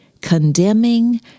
condemning